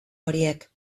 horiek